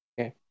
Okay